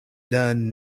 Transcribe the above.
learn